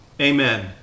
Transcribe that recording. Amen